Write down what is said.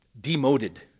demoted